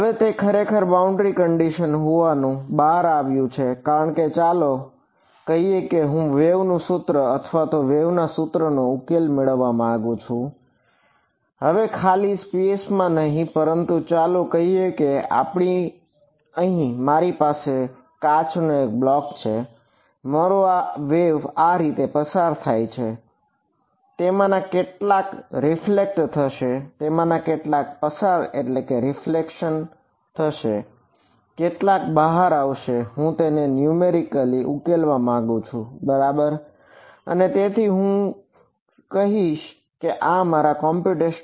હવે તે ખરેખર બાઉન્ડ્રી કન્ડિશન નો અંત બનાવીશ